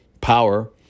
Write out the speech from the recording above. Power